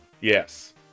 Yes